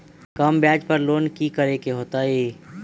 कम ब्याज पर लोन की करे के होतई?